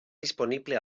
disponible